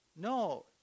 No